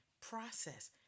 process